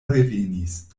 revenis